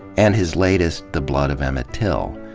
and, his latest, the blood of emmett till.